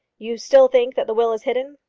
you still think that the will is hidden?